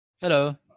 Hello